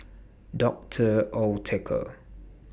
Doctor Oetker